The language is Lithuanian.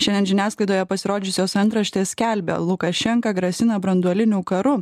šiandien žiniasklaidoje pasirodžiusios antraštės skelbia lukašenka grasina branduoliniu karu